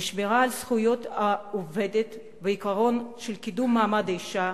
משמירה על זכויות העובדת ועיקרון של קידום מעמד האשה